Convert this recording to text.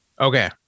Okay